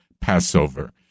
Passover